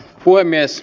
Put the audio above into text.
l puhemies